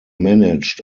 managed